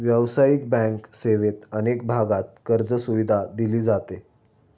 व्यावसायिक बँक सेवेत अनेक भागांत कर्जसुविधा दिली जाते